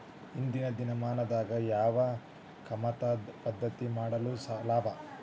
ಇಂದಿನ ದಿನಮಾನದಾಗ ಯಾವ ಕಮತದ ಪದ್ಧತಿ ಮಾಡುದ ಲಾಭ?